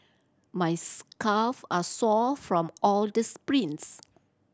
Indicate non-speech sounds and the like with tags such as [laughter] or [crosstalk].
my [unintelligible] calve are sore from all the sprints